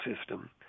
system